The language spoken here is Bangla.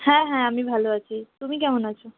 হ্যাঁ হ্যাঁ আমি ভালো আছি তুমি কেমন আছো